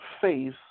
Faith